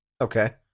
okay